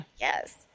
Yes